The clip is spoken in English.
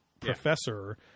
professor